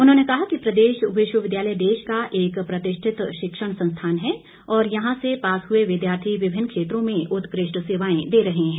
उन्होंने कहा कि प्रदेश विश्वविद्यालय देश का एक प्रतिष्ठित शिक्षण संस्थान है और यहां से पास हुए विद्यार्थी विभिन्न क्षेत्रों में उत्कृष्ठ सेवाएं दे रहे हैं